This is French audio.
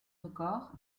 record